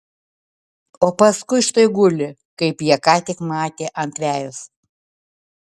o paskui štai guli kaip jie ką tik matė ant vejos